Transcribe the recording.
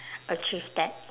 achieve that